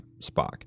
Spock